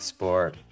Sport